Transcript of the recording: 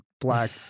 black